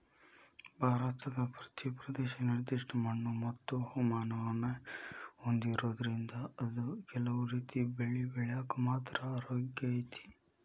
ಭಾರತದ ಪ್ರತಿ ಪ್ರದೇಶ ನಿರ್ದಿಷ್ಟ ಮಣ್ಣುಮತ್ತು ಹವಾಮಾನವನ್ನ ಹೊಂದಿರೋದ್ರಿಂದ ಅದು ಕೆಲವು ರೇತಿ ಬೆಳಿ ಬೆಳ್ಯಾಕ ಮಾತ್ರ ಯೋಗ್ಯ ಐತಿ